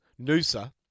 Noosa